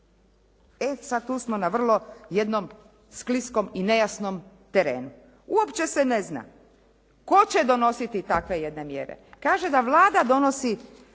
E sad tu smo na vrlo jednom skliskom i nejasnom terenu. Uopće se ne zna tko će donositi takve jedne mjere. Kaže da Vlada donosi